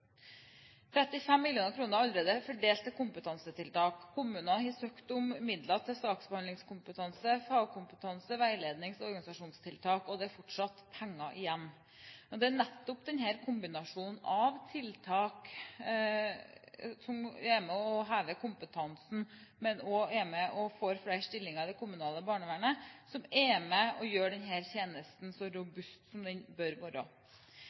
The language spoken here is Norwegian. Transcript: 35 mill. kr er allerede fordelt til kompetansetiltak. Kommunene har søkt om midler til saksbehandlingskompetanse, fagkompetanse, veilednings- og organisasjonstiltak, og det er fortsatt penger igjen. Det er nettopp denne kombinasjonen av tiltak som er med på å heve kompetansen, og at man får flere stillinger i det kommunale barnevernet, som er med på å gjøre denne tjenesten så robust som den bør være.